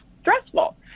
stressful